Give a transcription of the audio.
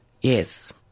Yes